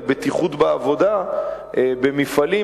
בעבודה במפעלים,